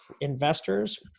investors